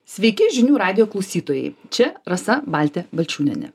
sveiki žinių radijo klausytojai čia rasa baltė balčiūnienė